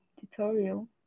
tutorial